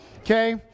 Okay